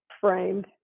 framed